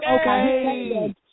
okay